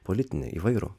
politinį įvairų